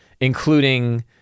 including